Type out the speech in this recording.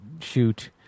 shoot